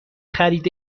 خرید